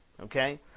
Okay